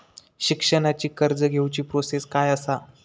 शिक्षणाची कर्ज घेऊची प्रोसेस काय असा?